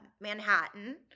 Manhattan